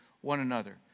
one-another